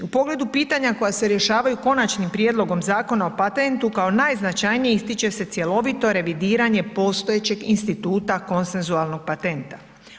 U pogledu pitanja koja se rješavaju Konačnim prijedlogom Zakona o patentu kao najznačajniji, ističe se cjelovito revidiranje postojećeg instituta konsenzualnog patenta.